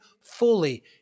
fully